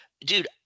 dude